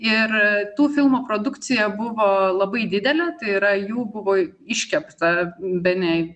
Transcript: ir tų filmų produkcija buvo labai didelė tai yra jų buvo iškepta bene